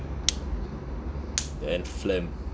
and phlegm